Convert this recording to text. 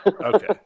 Okay